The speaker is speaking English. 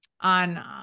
on